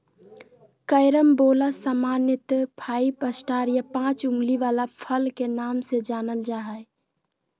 carambola सामान्यत five star या पाँच उंगली वला फल के नाम से जानल जा हय